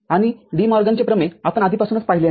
आणि डी मॉर्गनचे प्रमेय आपण आधीपासूनच पाहिले आहे